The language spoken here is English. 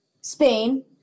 Spain